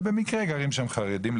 שבמקרה גרים שם חרדים,